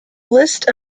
list